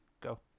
go